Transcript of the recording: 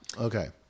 Okay